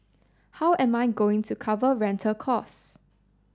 how am I going to cover rental costs